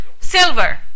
silver